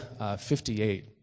58